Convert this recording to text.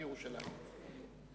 על ירושלים,